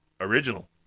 Original